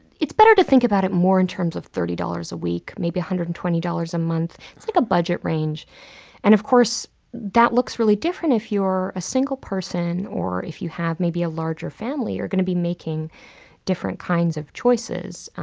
it's better to think about it more in terms of thirty dollars a week, maybe one hundred and twenty dollars a month it's like a budget range and of course that looks really different if you're a single person or if you have maybe a larger family you're going to be making different kinds of choices,